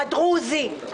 הדרוזי,